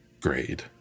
grade